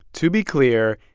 to be clear,